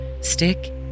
stick